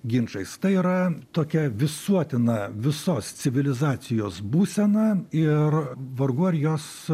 ginčais tai yra tokia visuotina visos civilizacijos būsena ir vargu ar jos